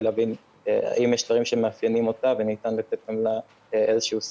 ולהבין אם יש דברים שמאפיינים אותה וניתן לתת לה איזשהו סיוע.